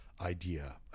idea